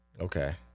Okay